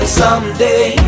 someday